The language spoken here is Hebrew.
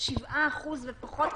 7% ופחות,